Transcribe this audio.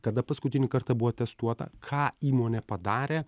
kada paskutinį kartą buvo testuota ką įmonė padarė